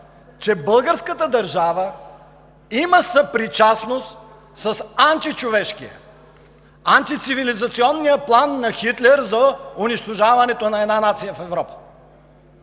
че българската държава има съпричастност с античовешкия, антицивилизационния план на Хитлер за унищожаването на една нация в Европа.